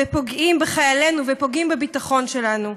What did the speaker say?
ופוגעים בחיילינו ופוגעים בביטחון שלנו.